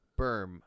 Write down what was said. berm